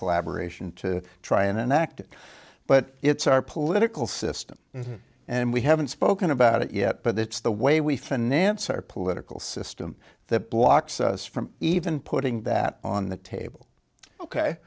collaboration to try and act but it's our political system and we haven't spoken about it yet but that's the way we finance our political system that blocks us from even putting that on the table ok